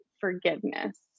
forgiveness